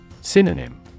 Synonym